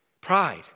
Pride